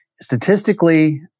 Statistically